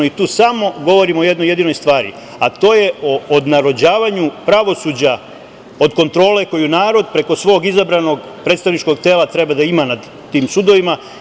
Tu samo govorim o jednoj jedinoj stvari, a to je o odnarođavanju pravosuđa od kontrole koju narod preko svog izabranog predstavničkog tela treba da ima nad tim sudovima.